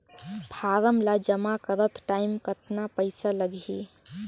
Form ला जमा करत टाइम कतना पइसा लगही?